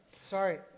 Sorry